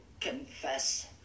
confess